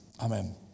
Amen